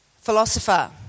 philosopher